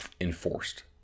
enforced